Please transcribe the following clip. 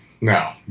No